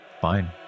Fine